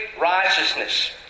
righteousness